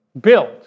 built